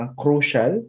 crucial